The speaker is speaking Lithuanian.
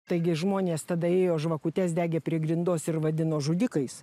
taigi žmonės tada ėjo žvakutes degė prie grindos ir vadino žudikais